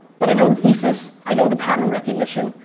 but i know the thesis. i know the pattern recognition.